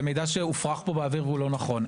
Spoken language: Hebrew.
הוא הופרח באוויר ואינו נכון.